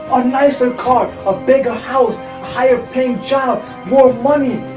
a nicer car. a bigger house. a higher paying job. more money.